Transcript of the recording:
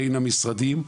בין המשרדים,